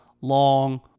long